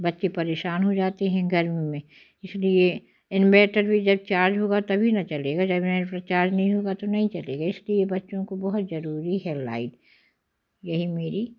बच्चे परेशान हो जाते हैं गर्मी में इसलिए इनवेटर भी जब चार्ज होगा तभी ना जलेगा जब इन चार्ज नहीं होगा तो नहीं चलेगा इसीलिए बच्चों को बहुत जरूरी है लाइट यही मेरी